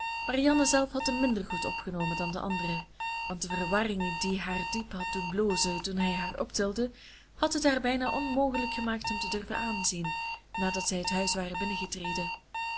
marianne zelf had hem minder goed opgenomen dan de anderen want de verwarring die haar diep had doen blozen toen hij haar optilde had het haar bijna onmogelijk gemaakt hem te durven aanzien nadat zij het huis waren